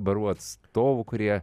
barų atstovų kurie